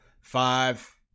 five